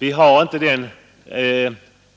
Vi har inte den